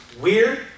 weird